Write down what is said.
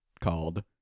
called